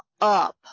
up